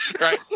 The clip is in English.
Right